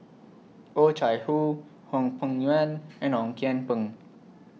Oh Chai Hoo Hwang Peng Yuan and Ong Kian Peng